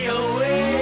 away